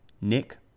Nick